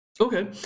Okay